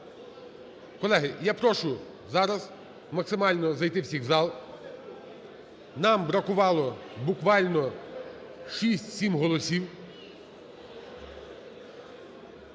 Колеги, я прошу зараз максимально зайти всіх в зал, нам бракувало буквально шість-сім голосів.